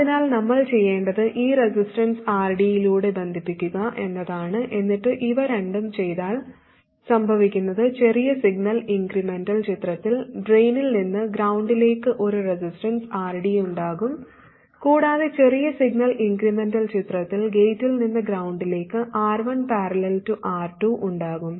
അതിനാൽ നമ്മൾ ചെയ്യേണ്ടത് ഈ റെസിസ്റ്റൻസ് RD യിലൂടെ ബന്ധിപ്പിക്കുക എന്നതാണ് എന്നിട്ട് ഇവ രണ്ടും ചെയ്താൽ സംഭവിക്കുന്നത് ചെറിയ സിഗ്നൽ ഇൻക്രിമെന്റൽ ചിത്രത്തിൽ ഡ്രെയിനിൽ നിന്ന് ഗ്രൌണ്ട്ലേക്ക് ഒരു റെസിസ്റ്റൻസ് RD ഉണ്ടാകും കൂടാതെ ചെറിയ സിഗ്നൽ ഇൻക്രിമെന്റൽ ചിത്രത്തിൽ ഗേറ്റിൽ നിന്ന് ഗ്രൌണ്ട്ലേക്ക് R1 || R2 ഉണ്ടാകും